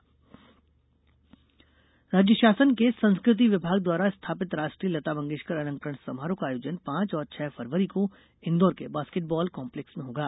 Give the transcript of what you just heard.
लता मंगेशकर अलंकरण राज्य शासन के संस्कृति विभाग द्वारा स्थापित राष्ट्रीय लता मंगेशकर अलंकरण समारोह का आयोजन पांच और छह फरवरी को इंदौर के बास्केटबाल काम्पलेक्स में होगा